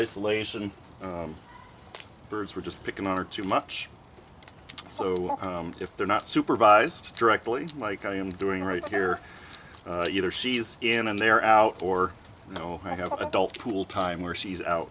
isolation birds we're just picking are too much so if they're not supervised directly like i am doing right here either she's in and they are out or you know i have adult tool time where she's out